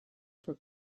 for